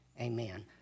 amen